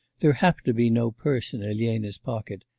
there happened to be no purse in elena's pocket,